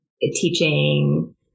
teaching